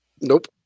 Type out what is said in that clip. Nope